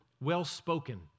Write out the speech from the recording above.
well-spoken